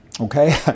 okay